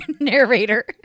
Narrator